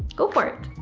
go for it!